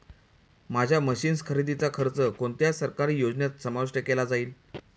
माझ्या मशीन्स खरेदीचा खर्च कोणत्या सरकारी योजनेत समाविष्ट केला जाईल?